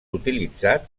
utilitzat